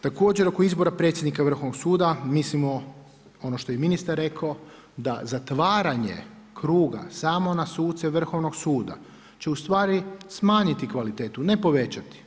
Također oko izbora predsjednika Vrhovnog suda mislimo ono što je i ministar rekao da zatvaranje kruga samo na suce Vrhovnog suda će ustvari smanjiti kvalitetu ne povećati.